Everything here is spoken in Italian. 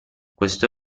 questo